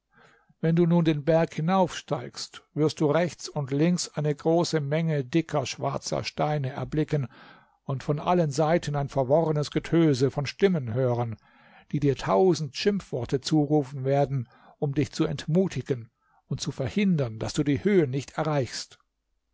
wenn du nun den berg hinaufsteigst wirst du rechts und links eine große menge dicker schwarzer steine erblicken und von allen seiten ein verworrenes getöse von stimmen hören die dir tausend schimpfworte zurufen werden um dich zu entmutigen und zu verhindern daß du die höhe nicht erreichst